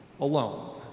alone